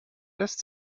lässt